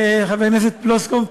חברת הכנסת פלוסקוב,